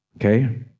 Okay